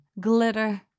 glitter